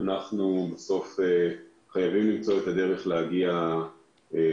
כי אנחנו חייבים למצוא את הדרך להגיע לאנשים,